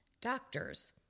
Doctors